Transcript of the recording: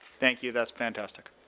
thank you, that's fantastic.